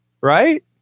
Right